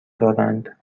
دارند